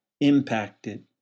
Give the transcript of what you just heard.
impacted